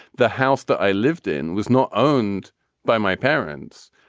the house that i lived in was not owned by my parents.